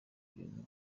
ibintu